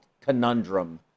conundrum